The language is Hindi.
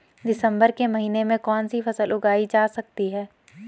दिसम्बर के महीने में कौन सी फसल उगाई जा सकती है?